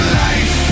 life